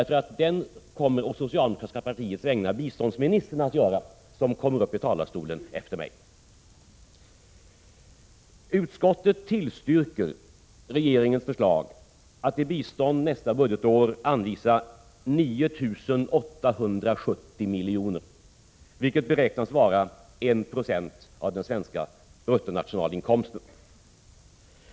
För den kommer biståndsministern, som kommer upp i talarstolen efter mig, att svara å det socialdemokratiska partiets vägnar. Utskottet tillstyrker regeringens förslag att till bistånd nästa budgetår anvisa 9 870 milj.kr., vilket beräknas vara 1 96 av den svenska bruttonationalinkomsten.